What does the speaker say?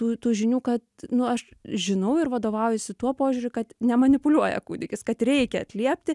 tų tų žinių kad nu aš žinau ir vadovaujuosi tuo požiūriu kad nemanipuliuoja kūdikis kad reikia atliepti